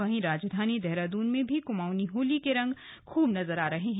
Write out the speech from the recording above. वहीं राजधानी देहरादून में भी कुमाऊंनी होली के रंग खूब नजर आ रहे हैं